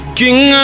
king